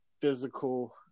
physical